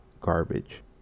garbage